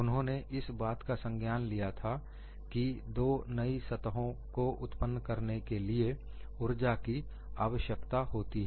उन्होंने इस बात का संज्ञान लिया था कि दो नई सतहों को उत्पन्न करने के लिए ऊर्जा की आवश्यकता होती है